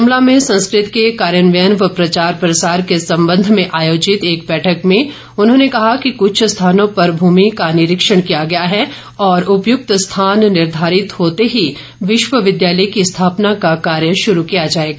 शिमला में संस्कृत के कार्यान्वयन व प्रचार प्रसार के संबंध में आयोजित एक बैठक में उन्होंने कहा कि कुछ स्थानों पर भूमि का निरीक्षण किया गया है और उपयुक्त स्थान निर्घारित होते ही विश्वविद्यालय की स्थापना का कार्य शुरू किया जाएगा